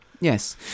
Yes